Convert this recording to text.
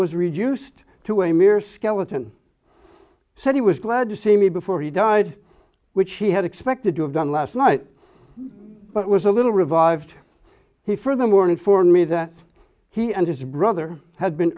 was reduced to a mere skeleton said he was glad to see me before he died which he had expected to have done last night but was a little revived he for the mourning for me that he and his brother had been